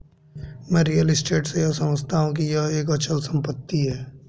मैं real estate से यह समझता हूं कि यह एक अचल संपत्ति है